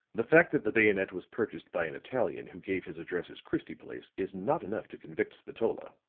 the fact that the bayonet was purchased by an italian who gave his address as christie place is not enough to convict spatola.